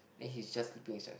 then he's just sleeping